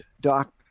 Doc